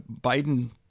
Biden